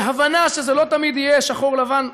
בהבנה שזה לא תמיד יהיה שחור לבן,